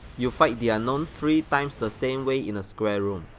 you fight the unknown three times the same way in a square room,